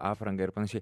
apranga ir panašiai